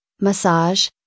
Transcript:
massage